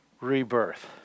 rebirth